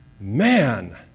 Man